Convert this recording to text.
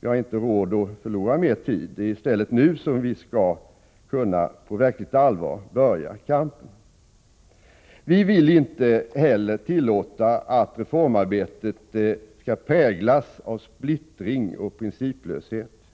Vi har inte råd att förlora mer tid. Det är i stället nu som vi skall kunna på verkligt allvar börja kampen. Vi vill inte tillåta att reformarbetet skall präglas av splittring och principlöshet.